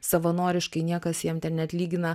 savanoriškai niekas jiem ten neatlygina